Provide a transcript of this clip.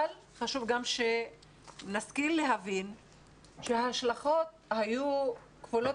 אבל חשוב גם שנשכיל להבין שההשלכות היו כפולות